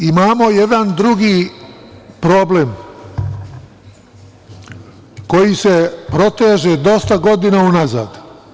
Ali, imamo jedan drugi problem koji se proteže dosta godina unazad.